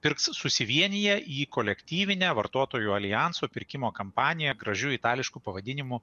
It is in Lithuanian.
pirks susivieniję į kolektyvinę vartotojų aljanso pirkimo kampaniją gražiu itališku pavadinimu